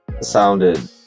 Sounded